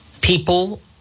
people